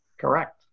Correct